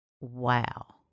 Wow